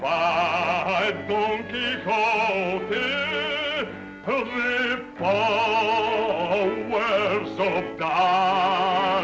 whoa whoa whoa whoa whoa whoa whoa whoa